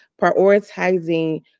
prioritizing